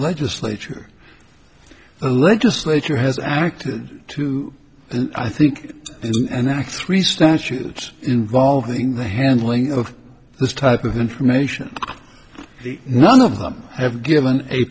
legislature the legislature has acted too i think and i three statutes involving the handling of this type of information none of them have given a